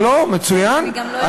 רציתי שתמשיך, לא, מצוין.